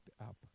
up